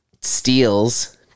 Steals